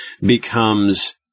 becomes